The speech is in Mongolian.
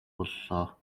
боллоо